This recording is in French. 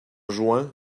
juin